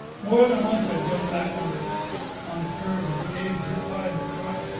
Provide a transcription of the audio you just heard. more than once i jumped back on the on the curb as gabe zip by in the truck